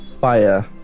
fire